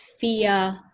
fear